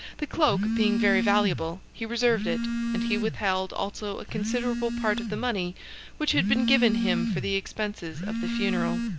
the cloak being very valuable, he reserved it and he withheld, also, a considerable part of the money which had been given him for the expenses of the funeral.